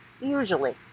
usually